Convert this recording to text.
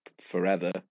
forever